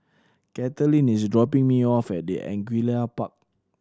Kathaleen is dropping me off at the Angullia Park